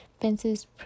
fences